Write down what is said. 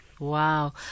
Wow